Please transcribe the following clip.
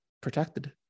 protected